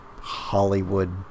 Hollywood